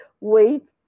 wait